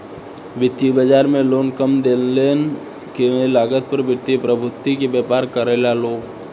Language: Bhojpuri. वित्तीय बाजार में लोग कम लेनदेन के लागत पर वित्तीय प्रतिभूति के व्यापार करेला लो